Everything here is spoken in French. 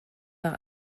par